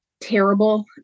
terrible